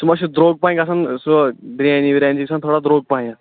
تِم حظ چھِ درٛۅگ پہان گَژھان سُہ بِریانی وِریانی گَژھان تھوڑا درٛۅگ پہان